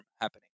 happening